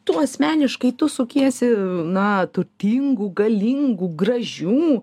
tu asmeniškai tu sukiesi na turtingų galingų gražių